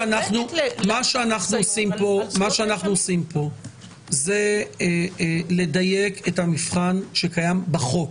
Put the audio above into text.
שאנחנו עושים פה זה לדייק את המבחן שקיים בחוק,